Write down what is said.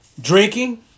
drinking